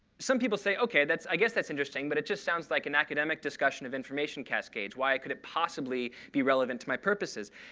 some people say, ok, i guess that's interesting, but it just sounds like an academic discussion of information cascades. why could it possibly be relevant to my purposes?